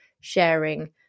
sharing